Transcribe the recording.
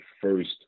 first